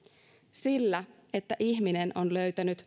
sillä että ihminen on löytänyt